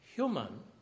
human